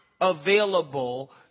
available